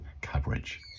coverage